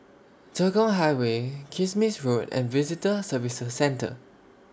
Tekong Highway Kismis Road and Visitor Services Centre